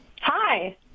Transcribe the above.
Hi